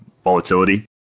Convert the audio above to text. volatility